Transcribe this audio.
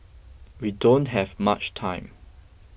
we don't have much time